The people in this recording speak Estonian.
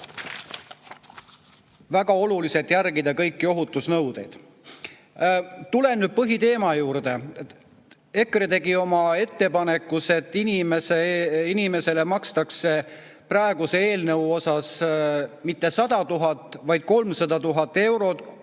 väga oluliselt järgida kõiki ohutusnõudeid. Tulen nüüd põhiteema juurde. EKRE tegi oma ettepaneku, et inimesele ei makstaks praeguse eelnõu järgi mitte 100 000, vaid 300 000 eurot